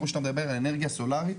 כמו שדיברת על אנרגיה סולארית,